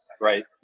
Right